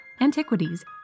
antiquities